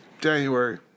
January